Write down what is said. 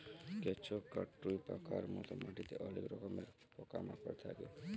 কেঁচ, কাটুই পকার মত মাটিতে অলেক রকমের পকা মাকড় থাক্যে